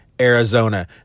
Arizona